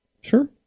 Sure